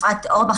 אפרת אורבך,